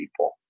people